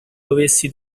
dovessi